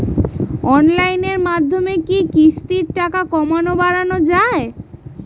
অনলাইনের মাধ্যমে কি কিস্তির টাকা কমানো বাড়ানো যায়?